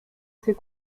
ses